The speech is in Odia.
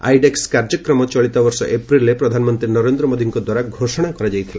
ଆଇଡେକ୍ସ କାର୍ଯ୍ୟକ୍ରମ ଚଳିତ ବର୍ଷ ଏପ୍ରିଲ୍ରେ ପ୍ରଧାନମନ୍ତ୍ରୀ ନରେନ୍ଦ୍ର ମୋଦିଙ୍କଦ୍ୱାରା ଘୋଷଣା କରାଯାଇଥିଲା